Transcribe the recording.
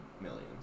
millions